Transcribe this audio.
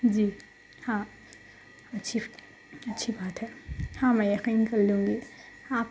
جی ہاں اچھی اچھی بات ہے ہاں میں یقین کر لوں گی آپ